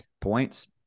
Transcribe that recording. points